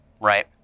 Right